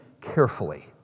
carefully